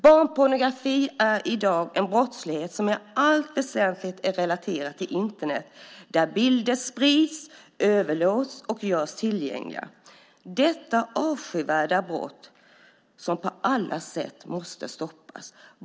Barnpornografi är i dag en brottslighet som i allt väsentligt är relaterad till Internet, där bilder sprids, överlåts och görs tillgängliga. Detta avskyvärda brott måste på alla sätt stoppas.